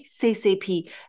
CCP